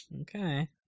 Okay